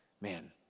man